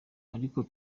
ariko